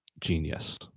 genius